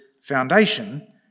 foundation